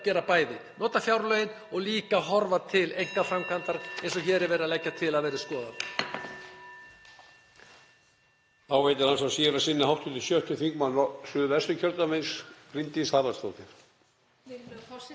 gera bæði; nota fjárlögin og líka horfa til einkaframkvæmdar eins og hér er verið að leggja til að verði skoðað.